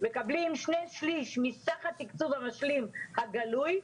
מקבלים שני שליש מסך התקצוב המשלים הגלוי.